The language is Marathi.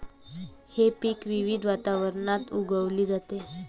हे पीक विविध वातावरणात उगवली जाते